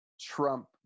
trump